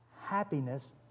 happiness